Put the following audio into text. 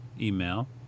email